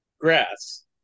Grass